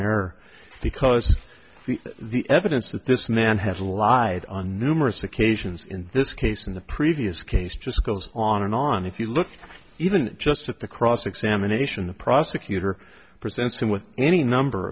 there because the evidence that this man has a lie on numerous occasions in this case in the previous case just goes on and on if you look even just at the cross examination the prosecutor present scene with any number